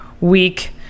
week